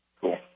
cool